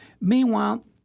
Meanwhile